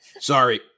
Sorry